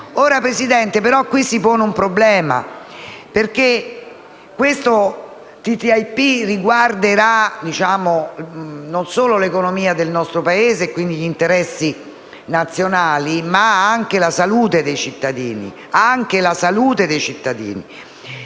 Presidente, ora qui si pone un problema. Il TTIP riguarderà non solo l'economia del nostro Paese e gli interessi nazionali, ma anche la salute dei cittadini,